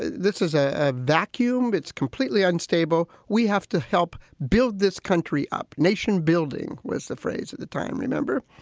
this is a vacuum. it's completely unstable. we have to help build this country up. nation building was the phrase at the time, remember?